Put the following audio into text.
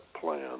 plan